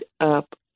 up